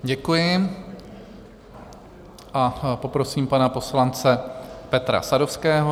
Děkuji a poprosím pana poslance Petra Sadovského.